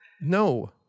no